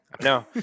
No